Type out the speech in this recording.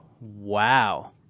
Wow